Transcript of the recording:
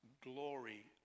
glory